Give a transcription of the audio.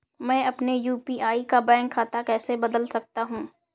मैं अपने यू.पी.आई का बैंक खाता कैसे बदल सकता हूँ?